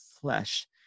flesh